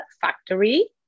factory